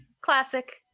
Classic